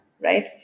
right